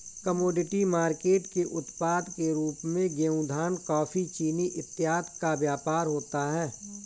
commodity market के उत्पाद के रूप में गेहूं धान कॉफी चीनी इत्यादि का व्यापार होता है